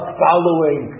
following